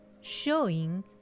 showing